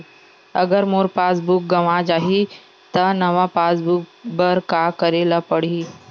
अगर मोर passbook गवां जाहि त नवा पास बुक बर का करे ल पड़हि?